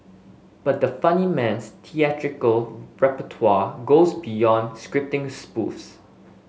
but the funny man's theatrical repertoire goes beyond scripting spoofs